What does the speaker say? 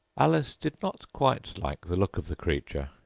alice did not quite like the look of the creature,